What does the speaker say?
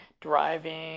driving